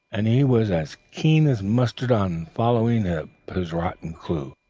and he was as keen as mustard on following up his rotten clue.